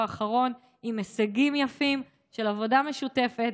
האחרון עם הישגים יפים של עבודה משותפת.